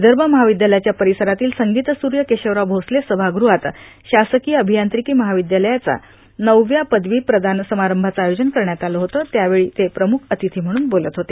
विदर्भ महाविद्यालयाच्या परिसरातील संगीतसूर्य केशवराव भोसले सभागृहात शासकीय अभियांत्रिकी महाविद्यालयाचा नवव्या पदवी प्रदान समारंभाचं आयोजन करण्यात आलं होतं त्यावेळी ते प्रमुख अतिथी म्हणून बोलत होते